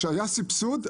כשהיה סבסוד,